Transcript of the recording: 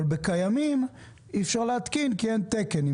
אבל ברכבים קיימים אי אפשר להתקין כי אין תקן אם